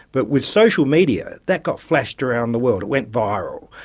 but with social media that got flashed around the world, it went viral,